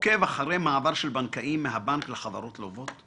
עוקב אחרי מעבר של בנקאים מהבנק לחברות לוות,